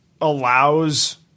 allows